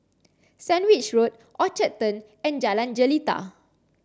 Sandwich Road Orchard Turn and Jalan Jelita